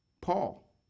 Paul